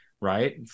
right